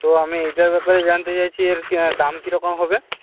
তো আমি এটার ব্যাপারে জানতে চাইছি এর দাম কিরকম হবে